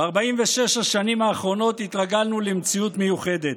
ב-46 השנים האחרונות התרגלנו למציאות מיוחדת.